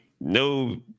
no